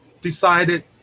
decided